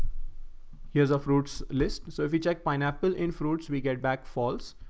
here's our fruits list. so if you check pineapple in fruits, we get back false.